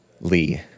Lee